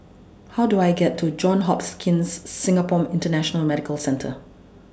How Do I get to Johns hops Kings Singapore International Medical Centre